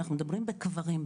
אנחנו מדברים בקברים,